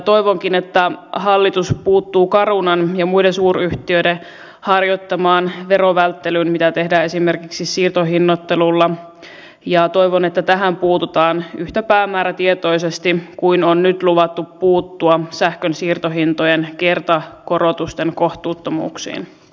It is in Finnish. toivonkin että hallitus puuttuu carunan ja muiden suuryhtiöiden harjoittamaan verovälttelyyn mitä tehdään esimerkiksi siirtohinnoittelulla ja toivon että tähän puututaan yhtä päämäärätietoisesti kuin on nyt luvattu puuttua sähkön siirtohintojen kertakorotusten kohtuuttomuuksiin